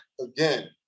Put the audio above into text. again